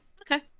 okay